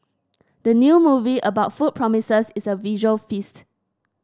the new movie about food promises a visual feast